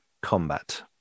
combat